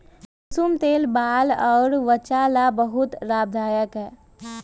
कुसुम तेल बाल अउर वचा ला बहुते लाभदायक हई